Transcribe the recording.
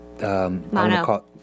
Mono